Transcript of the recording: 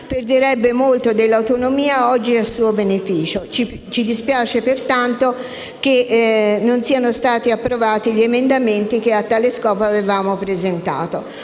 perderebbe molta dell'autonomia oggi a suo beneficio. Ci dispiace pertanto che non siano stati approvati gli emendamenti che a tale scopo avevamo presentato.